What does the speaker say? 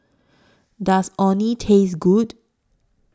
Does Orh Nee Taste Good